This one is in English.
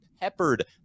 peppered